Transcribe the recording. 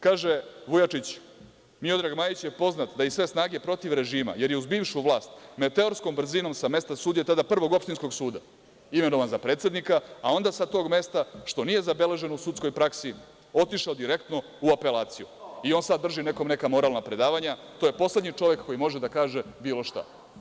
Kaže, Vujačić – Miodrag Majić je poznat da i sve snage protiv režima, jer je uz bivšu vlast meteorološkom brzinom sa mesta sudija, tada prvog opštinskog suda imenovan za predsednika, a onda sa tog mesta što nije zabeleženo u sudskoj praksi otišao direktno u apelaciju i on sada drži nekome neka moralna predavanja, to je poslednji čovek koji može da kaže bilo šta.